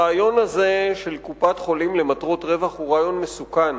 הרעיון הזה של קופת-חולים למטרות רווח הוא רעיון מסוכן,